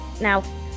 now